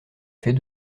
fait